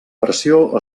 pressió